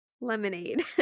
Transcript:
lemonade